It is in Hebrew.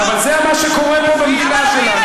אבל זה מה שקורה פה במדינה שלנו,